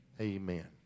Amen